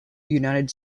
united